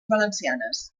valencianes